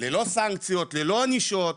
ללא סנקציות, ללא ענישות,